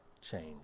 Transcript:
change